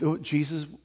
Jesus